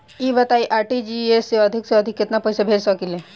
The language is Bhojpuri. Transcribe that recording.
ई बताईं आर.टी.जी.एस से अधिक से अधिक केतना पइसा भेज सकिले?